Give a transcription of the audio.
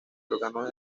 órganos